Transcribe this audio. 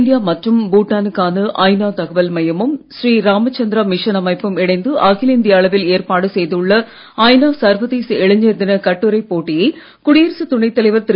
India மற்றும் பூடானுக்கான ஐநா தகவல் மையமும் ஸ்ரீராம்சந்திரா மிஷன் அமைப்பும் இணைந்து அகில இந்திய அளவில் ஏற்பாடு செய்துள்ள ஐநா சர்வதேச இளைஞர் தின கட்டுரைப் போட்டியை குடியரசுத் துணைத் தலைவர் திரு